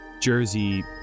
Jersey